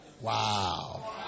Wow